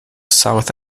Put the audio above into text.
south